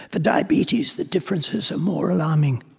the diabetes, the differences are more alarming.